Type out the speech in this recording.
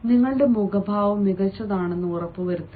നിങ്ങളുടെ മുഖഭാവം മികച്ചതാണെന്ന് ഉറപ്പുവരുത്തുന്ന